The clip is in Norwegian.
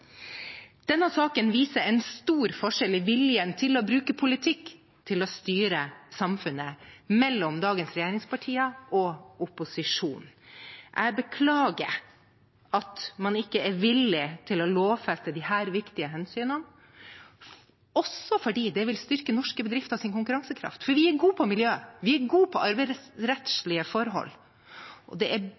Denne saken viser en stor forskjell mellom dagens regjeringspartier og opposisjonen i viljen til å bruke politikk til å styre samfunnet. Jeg beklager at man ikke er villig til å lovfeste disse viktige hensynene, også fordi det vil styrke norske bedrifters konkurransekraft. For vi er gode på miljø, vi er gode på arbeidsrettslige forhold, og det er